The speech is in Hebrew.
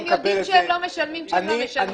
הם יודעים שהם לא משלמים כאשר הם לא משלמים.